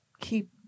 keep